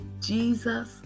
Jesus